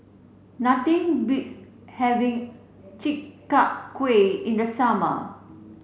nothing beats having Chi Kak Kuih in the summer